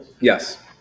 Yes